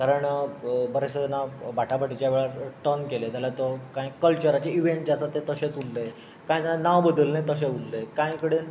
कारण बरेचशे जाणां बाटाबाटीच्या वेळार टंग केले जाल्यार तो कल्चराचे इव्हेंट जे आसात ते तशेच उरले कांय जाणा नांव बदल्लें तशेच उरलेंं कांय कडेन